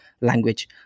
language